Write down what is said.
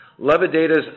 LevaData's